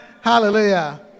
Hallelujah